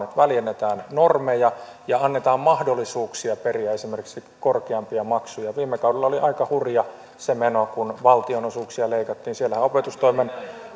että väljennetään normeja ja annetaan mahdollisuuksia periä esimerkiksi korkeampia maksuja viime kaudella oli aika hurjaa se meno kun valtionosuuksia leikattiin siellähän opetustoimen